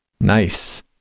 Nice